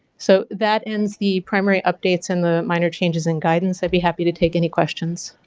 so, that ends the primary updates and the minor changes in guidance, i'd be happy to take any questions.